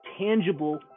tangible